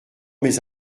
mes